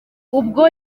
ubwo